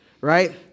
right